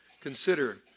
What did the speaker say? Consider